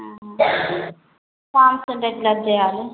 టైంకి ఇంట్రెస్ట్ కట్టేయాలి